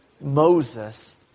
Moses